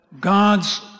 God's